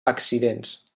accidents